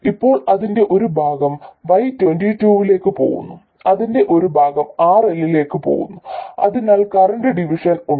ഇപ്പോൾ അതിന്റെ ഒരു ഭാഗം y22 ലേക്ക് പോകുന്നു അതിന്റെ ഒരു ഭാഗം RL ലേക്ക് പോകുന്നു അതിനാൽ കറന്റ് ഡിവിഷൻ ഉണ്ട്